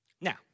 Now